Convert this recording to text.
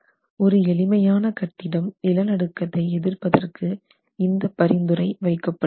ஒரு எளிமையான கட்டிடம் நிலநடுக்கத்தை எதிர்ப்பதற்கு இந்த பரிந்துரை வைக்கப்படுகிறது